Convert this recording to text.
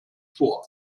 vor